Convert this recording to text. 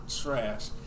Trash